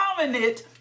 dominant